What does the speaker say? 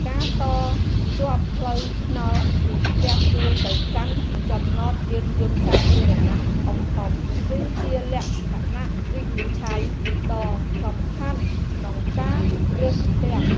ការតភ្ជាប់ផ្លូវថ្នល់ពីផ្ទះជួលទៅកាន់ចំណតយានយន្តសាធារណៈធំៗគឺជាលក្ខណៈវិនិច្ឆ័យដ៏សំខាន់ក្នុងការរើសផ្ទះ។